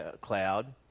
cloud